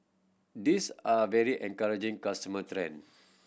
these are very encouraging consumer trend